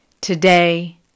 Today